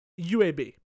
UAB